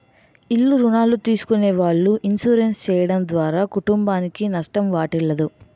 ఇల్ల రుణాలు తీసుకునే వాళ్ళు ఇన్సూరెన్స్ చేయడం ద్వారా కుటుంబానికి నష్టం వాటిల్లదు